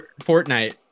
Fortnite